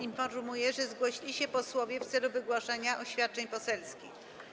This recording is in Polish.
Informuję, że zgłosili się posłowie w celu wygłoszenia oświadczeń poselskich.